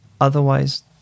otherwise